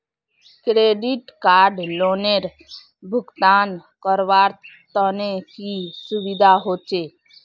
Credit card लोनेर भुगतान करवार तने की की सुविधा होचे??